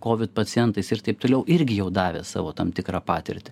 kovid pacientais ir taip toliau irgi jau davė savo tam tikrą patirtį